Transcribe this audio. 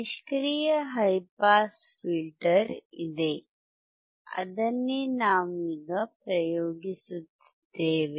ನಿಷ್ಕ್ರಿಯ high pass filter ಇದೆ ಅದನ್ನೇ ನಾವೀಗ ಪ್ರಯೋಗಿಸುತ್ತಿದ್ದೇವೆ